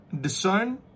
discern